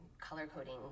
color-coding